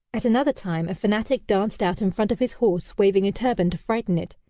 at another time, a fanatic danced out in front of his horse waving a turban to frighten it,